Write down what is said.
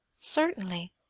Certainly